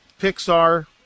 Pixar